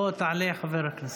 בוא, תעלה, חבר הכנסת.